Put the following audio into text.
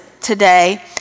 today